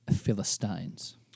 Philistines